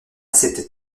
cette